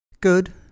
Good